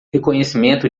reconhecimento